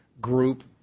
group